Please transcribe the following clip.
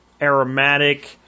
aromatic